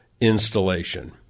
installation